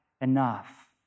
enough